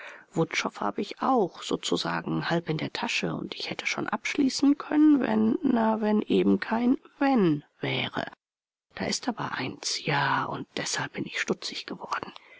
wutschow habe ich auch sozusagen halb in der tasche und ich hätte schon abschließen können wenn na wenn eben kein wenn wäre da ist aber eins ja und deshalb bin ich stutzig geworden